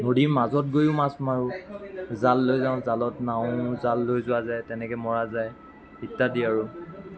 নদীৰ মাজত গৈয়ো মাছ মাৰোঁ জাল লৈ যাওঁ জালত নাও জাল লৈ যোৱা যায় তেনেকৈ মৰা যায় ইত্যাদি আৰু